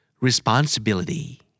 Responsibility